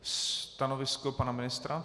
Stanovisko pana ministra?